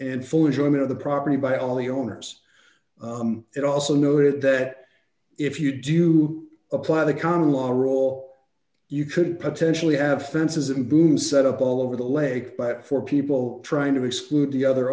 full enjoyment of the property by all the owners it also noted that if you do apply the common law role you could potentially have fences and booms set up all over the lake but for people trying to exclude the other